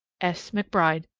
s. mcbride,